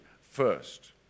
first